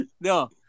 No